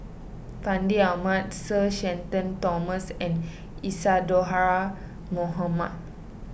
Fandi Ahmad Sir Shenton Thomas and Isadhora Mohamed